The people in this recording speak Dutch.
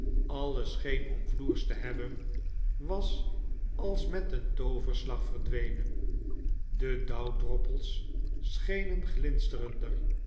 alles scheen omfloersd te hebben was als met een tooverslag verdwenen de dauwdroppels schenen glinsterender